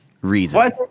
reason